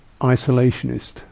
isolationist